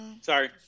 Sorry